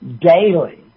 daily